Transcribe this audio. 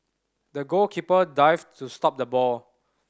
the goalkeeper dived to stop the ball